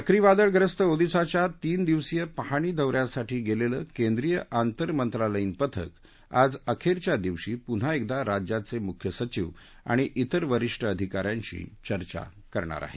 चक्रीवादळ ग्रस्त ओदिशाच्या तीन दिवसीय पाहणी दौ यासाठी गेलेलं केंद्रीय आतंर मंत्रालयीन पथक आज अखेरच्या दिवशी पुन्हा एकदा राज्याचे मुख्य सचीव आणि त्विर वरीष्ठ अधिकाऱ्यांशी चर्चा करणार आहेत